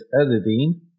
editing